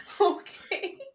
Okay